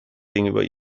gegenüber